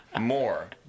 more